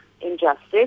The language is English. injustice